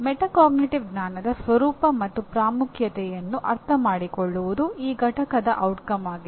metacognitive ಜ್ಞಾನದ ಸ್ವರೂಪ ಮತ್ತು ಪ್ರಾಮುಖ್ಯತೆಯನ್ನು ಅರ್ಥಮಾಡಿಕೊಳ್ಳುವುದು ಈ ಪಠ್ಯದ ಪರಿಣಾಮ ಆಗಿದೆ